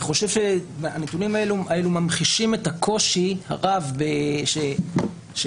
שהנתונים האלה ממחישים את הקושי הרב שצפוי